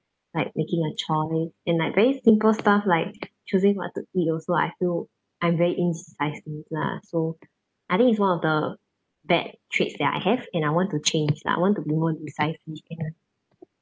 like making a choice and like very simple stuff like choosing what to eat also feel I'm very indecisive lah so I think it's one of the bad traits that I have and I want to change lah I want to be more decisive ya